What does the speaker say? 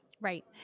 right